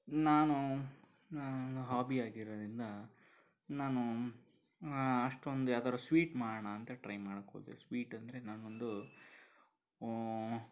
ನಾನು ನನ್ನ ಹಾಬಿಯಾಗಿರೋದ್ರಿಂದ ನಾನು ಅಷ್ಟೊಂದು ಯಾವ್ದಾದ್ರೂ ಸ್ವೀಟ್ ಮಾಡೋಣ ಅಂತ ಟ್ರೈ ಮಾಡೋಕೆ ಹೋದೆ ಸ್ವೀಟ್ ಅಂದರೆ ನಾನು ಒಂದು